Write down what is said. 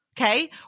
okay